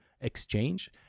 exchange